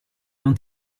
non